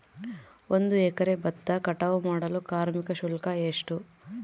ಒಂದು ಎಕರೆ ಭತ್ತ ಕಟಾವ್ ಮಾಡಲು ಕಾರ್ಮಿಕ ಶುಲ್ಕ ಎಷ್ಟು?